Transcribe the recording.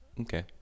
Okay